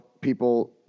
people